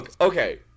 okay